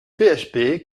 php